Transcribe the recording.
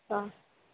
হ্যাঁ